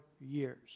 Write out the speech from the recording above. years